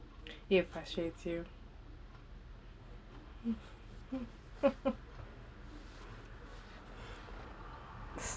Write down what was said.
he appreciate you